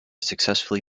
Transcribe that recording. successfully